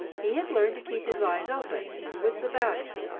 he had learned to keep his eyes open and his wits about him,